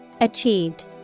Achieved